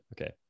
okay